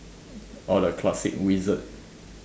all the classic wizard